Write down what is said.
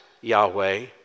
Yahweh